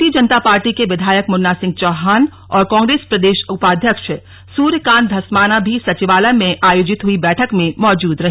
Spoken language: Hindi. भारतीय जनता पार्टी के विधायक मुन्ना सिंह चौहान और कांग्रेस प्रदेश उपाध्यक्ष सूर्यकान्त धस्माना भी सचिवालय में आयोजित हुई बैठक में मौजूद रहे